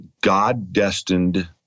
God-destined